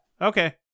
Okay